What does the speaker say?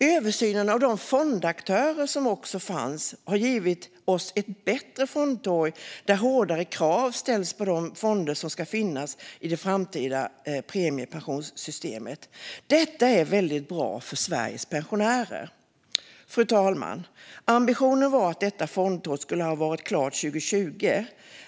Översynen av de fondaktörer som fanns har gett oss ett bättre fondtorg, där hårdare krav ställs på de fonder som ska finnas i det framtida premiepensionssystemet. Detta är väldigt bra för Sveriges pensionärer. Fru talman! Ambitionen var att detta fondtorg skulle ha varit klart 2020.